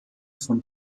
von